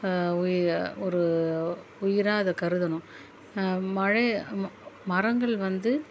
உயி ஒரு உயிரா அதை கருதணும் மழ மரங்கள் வந்து